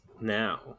Now